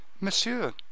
Monsieur